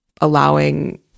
allowing